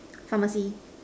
pharmacy